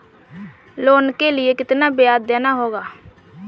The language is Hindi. लोन के लिए कितना ब्याज देना होगा?